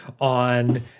On